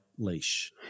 leash